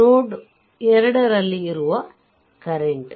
ನೋಡ್ 2 ರಲ್ಲಿ ಇರುವ ಕರೆಂಟ್